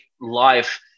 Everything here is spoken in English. life